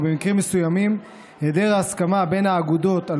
ובמקרים מסוימים היעדר הסכמה בין האגודות על